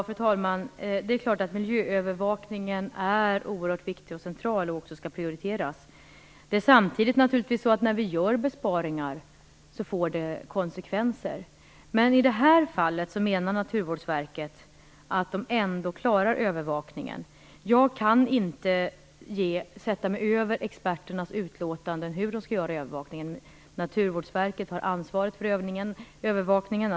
Fru talman! Det är klart att miljöövervakningen är oerhört viktig och central och att den även skall prioriteras. Samtidigt är det naturligtvis så, att när vi gör besparingar får det konsekvenser. Men i det här fallet menar Naturvårdsverket att man ändå klarar övervakningen. Jag kan inte sätta mig över experternas utlåtanden om hur de skall göra övervakningen. Naturvårdsverket har ansvaret för övervakningen.